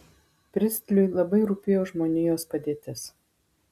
pristliui labai rūpėjo žmonijos padėtis